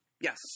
yes